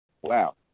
Wow